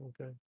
Okay